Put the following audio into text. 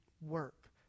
work